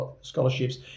scholarships